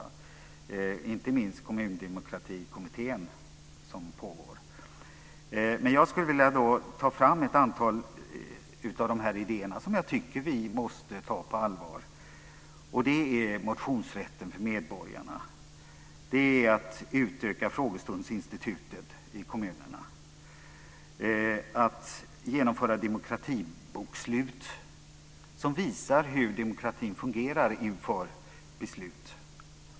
Det gäller inte minst Kommundemokratikommittén, som pågår nu. Jag skulle vilja ta fram ett antal av de här idéerna som jag tycker att vi måste ta på allvar. Det gäller motionsrätten för medborgarna, att utöka frågestundsinstitutet i kommunerna och att genomföra demokratibokslut som visar hur demokratin fungerar inför beslut.